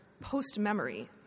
post-memory